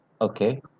Okay